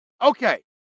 Okay